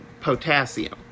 potassium